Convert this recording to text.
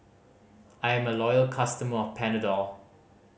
I am a loyal customer of Panadol